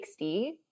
60